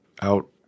out